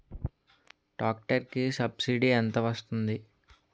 Tractor కి subsidy ఎంత వస్తుంది?